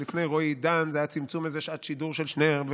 ולפני רועי דן זה היה צמצום איזה שעת שידור של שניהם.